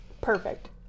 Perfect